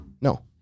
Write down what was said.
No